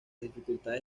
dificultades